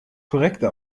korrekte